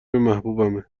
محبوبمه